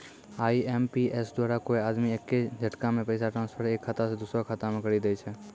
IMPS द्वारा कोय आदमी एक्के झटकामे पैसा ट्रांसफर एक खाता से दुसरो खाता मे करी दै छै